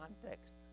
context